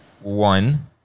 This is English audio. one